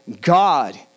God